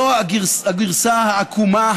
לא הגרסה העקומה,